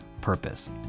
purpose